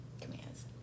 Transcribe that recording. commands